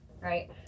right